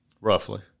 Roughly